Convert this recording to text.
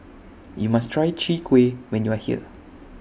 YOU must Try Chwee Kueh when YOU Are here